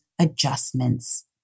adjustments